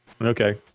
Okay